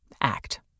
act